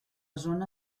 zona